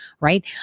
Right